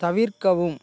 தவிர்க்கவும்